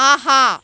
ஆஹா